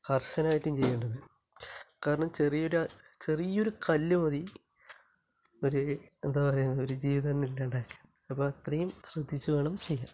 കര്ശനമായിട്ടും ചെയ്യേണ്ടത് കാരണം ചെറിയ ഒരു ആ ചെറിയ ഒരു കല്ല് മതി ഒരു എന്താണ് പറയേണ്ടത് ഒരു ജീവിതം ഇല്ലാണ്ടാക്കാന് അപ്പം അത്രയും ശ്രദ്ധിച്ചു വേണം ചെയ്യാൻ